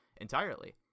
entirely